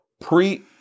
Pre